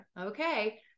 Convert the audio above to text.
okay